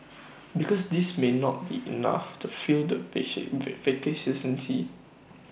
because this may not be enough to fill the